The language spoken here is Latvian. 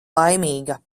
laimīga